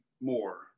more